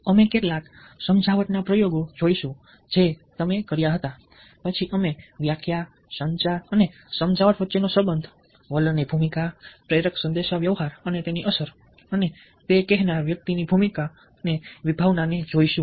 અમે કેટલાક સમજાવટના પ્રયોગો જોઈશું જે તમે કર્યા હતા પછી અમે વ્યાખ્યા સંચાર અને સમજાવટ વચ્ચેનો સંબંધ વલણની ભૂમિકા પ્રેરક સંદેશાવ્યવહાર અને તેની અસર અને તે કહેનાર વ્યક્તિની ભૂમિકા અને વિભાવનાને જોઈશું